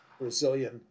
Brazilian